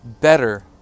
better